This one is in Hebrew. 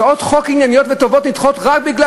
הצעות חוק ענייניות וטובות נדחות רק כי,